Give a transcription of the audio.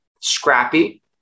scrappy